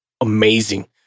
amazing